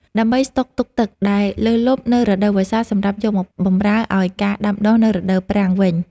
ដើម្បីស្តុកទុកទឹកដែលលើសលប់នៅរដូវវស្សាសម្រាប់យកមកបម្រើឱ្យការដាំដុះនៅរដូវប្រាំងវិញ។